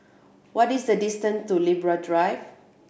what is the distance to Libra Drive